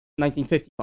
1955